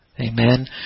Amen